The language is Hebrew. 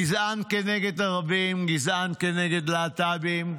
גזען כנגד ערבים, גזען כנגד להט"בים.